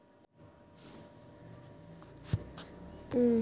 भाग भांडवल सामान्यतः युनायटेड स्टेट्समध्ये भांडवलाचा साठा म्हणून ओळखले जाते